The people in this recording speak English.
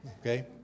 okay